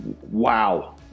wow